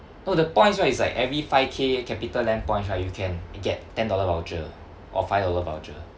no the points right it's like every five K CapitaLand points right you can get ten dollar voucher or five dollar voucher